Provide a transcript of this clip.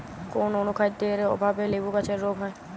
কোন অনুখাদ্যের অভাবে লেবু গাছের রোগ হয়?